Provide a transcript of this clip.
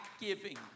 giving